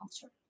culture